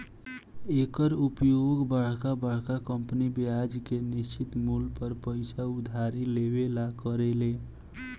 एकर उपयोग बरका बरका कंपनी ब्याज के निश्चित मूल पर पइसा उधारी लेवे ला करेले